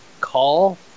call